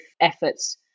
efforts